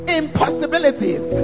impossibilities